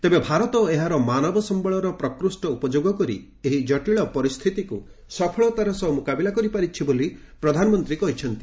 ତେବେ ଭାରତ ଏହାର ମାନବ ସମ୍ଭଳର ପ୍ରକୃଷ୍ଟ ଉପଯୋଗ କରି ଏହି ଜଟିଳ ପରିସ୍ଥିତିକୁ ସଫଳତାର ସହ ମୁକାବିଲା କରିପାରିଛି ବୋଲି ପ୍ରଧାନମନ୍ତ୍ରୀ କହିଛନ୍ତି